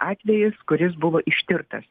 atvejis kuris buvo ištirtas